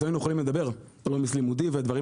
אז לא היינו יכולים לדבר על עומס לימודי והדברים